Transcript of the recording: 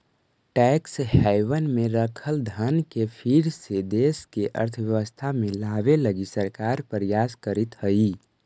tax haven में रखल धन के फिर से देश के अर्थव्यवस्था में लावे लगी सरकार प्रयास करीतऽ हई